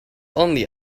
only